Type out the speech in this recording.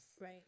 Right